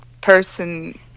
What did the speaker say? person